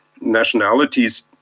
nationalities